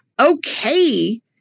okay